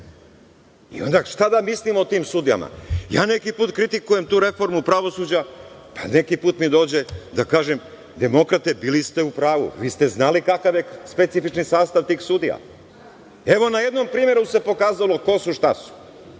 Onda, šta da mislimo o tim sudijama? Ja neki put kritikujem tu reformu pravosuđa, a neki put mi dođe da kažem – demokrate, bili ste u pravu, vi ste znalikakav je specifični sastav tih sudija. Evo, na jednom primeru se pokazalo ko su, šta su.